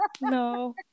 No